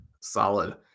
solid